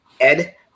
Ed